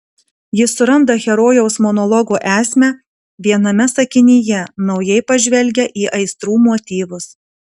jis suranda herojaus monologo esmę viename sakinyje naujai pažvelgia į aistrų motyvus